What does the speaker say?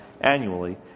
annually